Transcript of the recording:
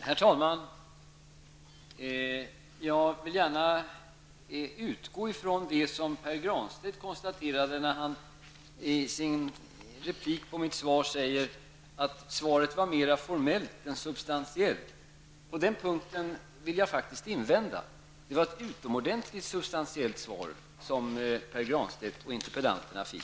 Herr talman! Jag utgår gärna från det som Pär Granstedt konstaterade i sitt inlägg efter mitt svar, nämligen att mitt svar var mera formellt än det var substantiellt. På den punkten vill jag faktiskt invända och säga att det är ett utomordentligt substantiellt svar som Pär Granstedt och övriga interpellanter har fått.